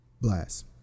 Blast